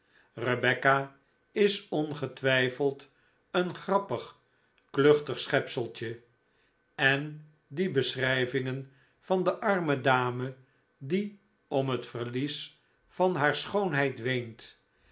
rebecca is ongetwijfeid een grappig kluchtig schepseltje en die beschrijvingen van de arme dame die om het verlies van haar schoonheid weent